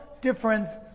difference